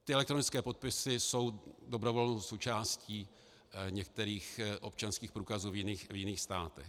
Ty elektronické podpisy jsou dobrovolnou součástí některých občanských průkazů v jiných státech.